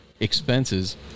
Expenses